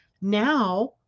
now